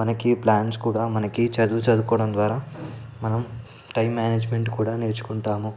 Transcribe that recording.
మనకు ప్లాన్స్ కూడా మనకు చదువు చదువుకోవడం ద్వారా మనం టైం మేనేజ్మెంట్ కూడా నేర్చుకుంటాము